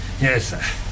Yes